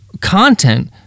content